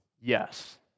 Yes